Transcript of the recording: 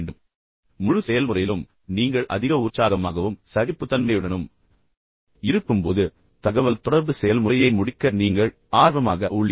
எனவே முழு செயல்முறையிலும் நீங்கள் அதிக உற்சாகமாகவும் சகிப்புத்தன்மையுடனும் இருக்கும்போது தகவல் தொடர்பு செயல்முறையை முடிக்க நீங்கள் ஆர்வமாக உள்ளீர்கள்